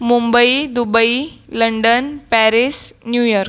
Mumbai Dubai London Paris newer